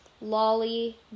Lolly